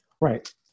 Right